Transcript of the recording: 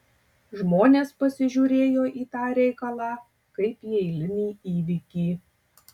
žmonės pasižiūrėjo į tą reikalą kaip į eilinį įvykį